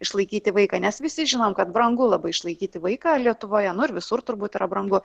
išlaikyti vaiką nes visi žinom kad brangu labai išlaikyti vaiką lietuvoje nu ir visur turbūt yra brangu